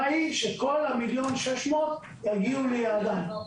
היא שכל המיליון ו-600 אלף יגיעו ליעדם.